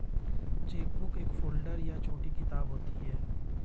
chequebook एक folder या छोटी किताब होती है